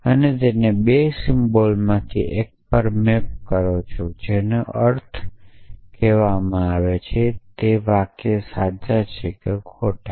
અને તેને તે 2 સિમ્બલ્સમાંથી એક પર મૅપ કરે છે જેનો અર્થ તે મને કહે છે કે વાક્યો ખોટા છે કે સાચા